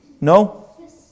No